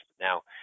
Now